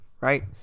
Right